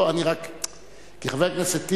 כי חבר הכנסת טיבי,